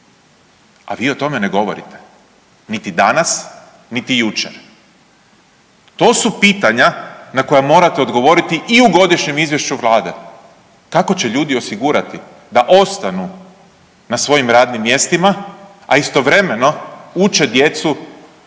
a vi o tome ne govorite, niti danas, niti jučer. To su pitanja na koja morate odgovoriti i u godišnjem izvješću Vlade. Kako će ljudi osigurati da ostanu na svojim radnim mjestima, a istovremeno uče djecu